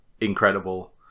incredible